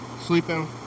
sleeping